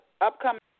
upcoming